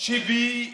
היא